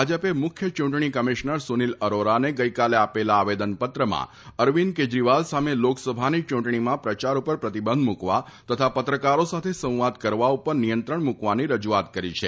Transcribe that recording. ભાજપે મુખ્ય ચૂંટણી કમિશનર સુનીલ અરોરાને ગઇકાલે આપેલા આવેદનપત્રમાં અરવિંદ કેજરીવાલ સામે લોકસભાની ચૂંટણીમાં પ્રચાર ઉપર પ્રતિબંધ મુકવા તથા પત્રકારો સાથે સંવાદ કરવા ઉપર નિયંત્રણ મુકવાની રજુઆત કરી છે